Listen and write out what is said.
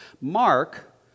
Mark